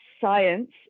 science